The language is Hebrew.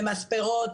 במספרות,